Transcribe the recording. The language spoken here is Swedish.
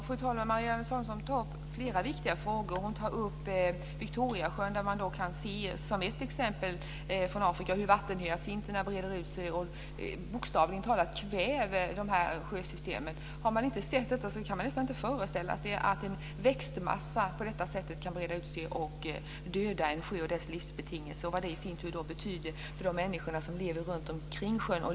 Fru talman! Marianne Samuelsson tar upp flera viktiga frågor. Hon tar upp Victoriasjön i Afrika, där man t.ex. kan se hur vattenhyacinterna breder ut sig och bokstavligt talat kväver sjösystemen. Har man inte sett det, kan man nästan inte föreställa sig att en växtmassa kan breda ut sig på det här sättet och döda en sjö och dess livsbetingelser och vad det i sin tur betyder för de människor som lever runtomkring sjön.